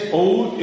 old